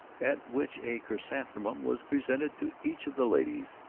at which a chrysanthemum was presented to each of the ladies,